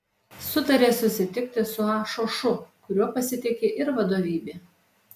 sutarė susitikti su a šošu kuriuo pasitiki ir vadovybė